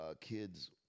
kids